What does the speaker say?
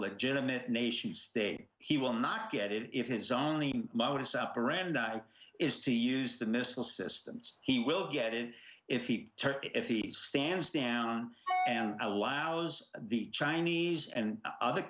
legitimate nation's day he will not get it if his only modus operandi is to use the missile systems he will get it if he target if he stands down and allows the chinese and other